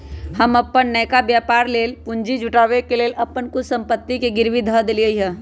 हम अप्पन नयका व्यापर लेल पूंजी जुटाबे के लेल अप्पन कुछ संपत्ति के गिरवी ध देलियइ ह